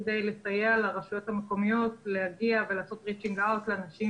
לסייע לרשויות המקומיות לעשות Reaching out לאנשים